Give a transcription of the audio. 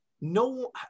no